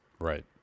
Right